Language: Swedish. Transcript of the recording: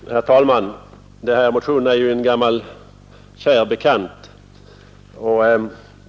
Herr talman! Den motion som föranlett detta betänkande är ju en gammal kär bekant.